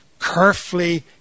carefully